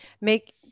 make